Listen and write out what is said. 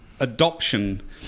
Adoption